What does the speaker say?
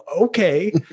okay